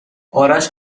آرش